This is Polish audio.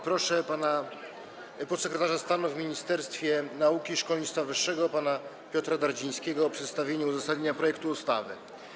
Proszę podsekretarza stanu w Ministerstwie Nauki i Szkolnictwa Wyższego pana Piotra Dardzińskiego o przedstawienie uzasadnienia projektu ustawy.